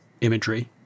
imagery